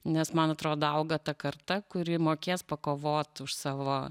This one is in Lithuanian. nes man atrodo auga ta karta kuri mokės pakovot už savo